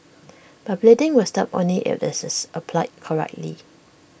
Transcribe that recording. but bleeding will stop only if IT is applied correctly